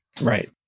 Right